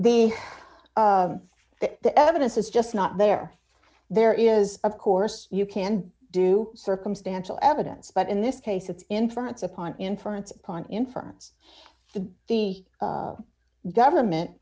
the evidence is just not there there is of course you can do circumstantial evidence but in this case its influence upon inference upon inference to the government